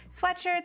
sweatshirts